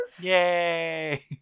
Yay